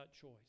choice